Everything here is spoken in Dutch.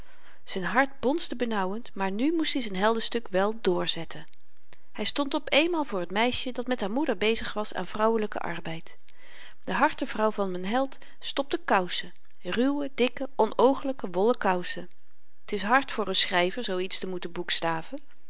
z'n hart bonsde benauwend maar nu moest i z'n heldenstuk wel drzetten hy stond op eenmaal voor t meisje dat met haar moeder bezig was aan vrouwelyken arbeid de hartevrouw van m'n held stopte kousen ruwe dikke onoogelyke wollen kousen t is hard voor n schryver zoo iets te moeten